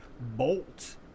bolt